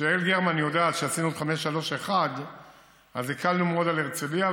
ויעל גרמן יודעת שכשעשינו את 531 אז הקלנו מאוד על הרצליה,